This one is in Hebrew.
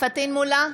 פטין מולא,